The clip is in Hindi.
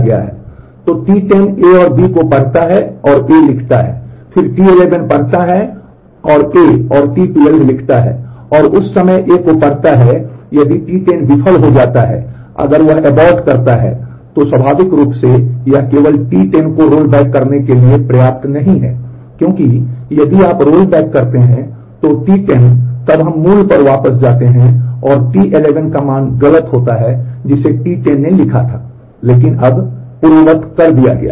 तो T10 A और B को पढ़ता है और A लिखता है और फिर T11 पढ़ता है और A और T12 लिखता है और उस समय A को पढ़ता है यदि T10 विफल हो जाता है अगर वह अबो्र्ट करते हैं तो T10 तब हम मूल पर वापस जाते हैं और T11 का मान गलत होता है जिसे T10 ने लिखा था लेकिन अब पूर्ववत कर दिया गया है